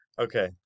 okay